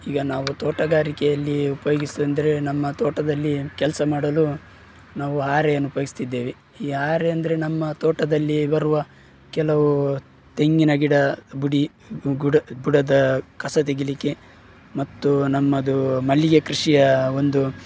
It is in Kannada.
ಈಗ ನಾವು ತೋಟಗಾರಿಕೆಯಲ್ಲಿ ಉಪಯೋಗ್ಸೋದಂದ್ರೆ ನಮ್ಮ ತೋಟದಲ್ಲಿ ಕೆಲಸ ಮಾಡಲು ನಾವು ಹಾರೆಯನ್ನು ಉಪಯೋಗ್ಸುತ್ತಿದ್ದೇವೆ ಈ ಹಾರೆ ಅಂದರೆ ನಮ್ಮ ತೋಟದಲ್ಲಿ ಬರುವ ಕೆಲವು ತೆಂಗಿನ ಗಿಡ ಬುಡ ಗಿಡ ಬುಡದ ಕಸ ತೆಗೀಲಿಕ್ಕೆ ಮತ್ತು ನಮ್ಮದು ಮಲ್ಲಿಗೆ ಕೃಷಿಯ ಒಂದು